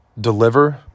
deliver